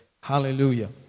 Hallelujah